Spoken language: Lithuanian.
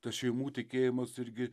tas šeimų tikėjimas irgi